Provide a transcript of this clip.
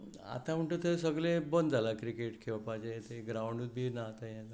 आतां म्हूण तूं थंय सगळें बंद जालां क्रिकेट खेळपाचें थंय ग्राउंडूय बी ना